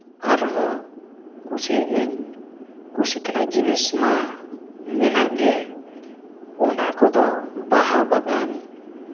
ᱟᱨᱦᱚᱸ ᱠᱩᱥᱤᱭᱟᱜ ᱟᱹᱧ ᱠᱩᱥᱤ ᱛᱮᱱᱟᱜ ᱡᱤᱱᱤᱥ ᱢᱟ ᱢᱮᱱᱟᱜ ᱜᱮ ᱚᱱᱟ ᱠᱚᱫᱚ ᱵᱟᱦᱟ ᱵᱟᱜᱟᱱ